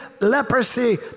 leprosy